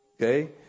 Okay